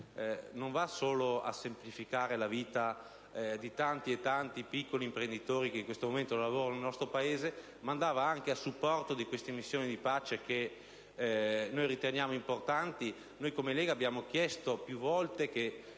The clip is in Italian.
volto solo a semplificare la vita di tanti piccoli imprenditori che in questo momento lavorano nel nostro Paese, ma andava a supporto anche delle missioni di pace che noi riteniamo importanti. Come Lega Nord abbiamo sottolineato più volte che,